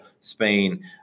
Spain